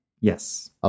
Yes